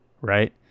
right